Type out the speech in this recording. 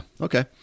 Okay